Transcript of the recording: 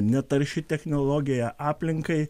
netarši technologija aplinkai